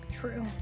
True